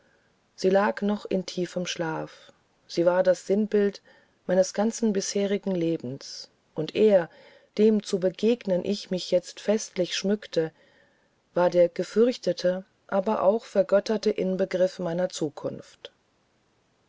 sie lag noch in tiefem schlaf sie war das sinnbild meines ganzen bisherigen lebens und er dem zu begegnen ich mich jetzt festlich schmückte war der gefürchtete aber auch vergötterte inbegriff meiner zukunft